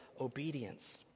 obedience